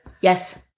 Yes